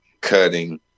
cutting